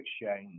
exchange